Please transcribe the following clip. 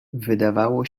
wydawało